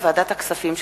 ועדת הכספים.